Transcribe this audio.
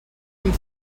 and